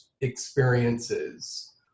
experiences